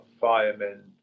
firemen